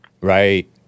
Right